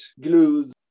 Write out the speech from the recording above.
glues